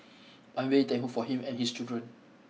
I'm very thankful for him and his children